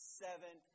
seven